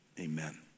amen